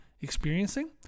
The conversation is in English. experiencing